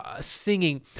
singing